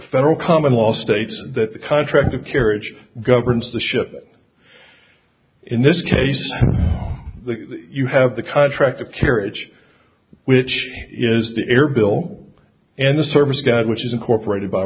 federal common law states that the contract of carriage governs the ship in this case you have the contract of carriage which is the air bill and the service of god which is incorporated by